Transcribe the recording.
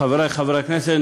חברי חברי הכנסת,